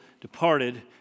departed